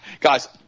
Guys